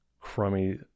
crummy